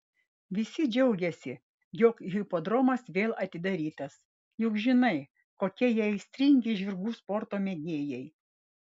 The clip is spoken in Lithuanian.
visi džiaugiasi jog hipodromas vėl atidarytas juk žinai kokie jie aistringi žirgų sporto mėgėjai